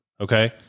Okay